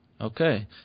Okay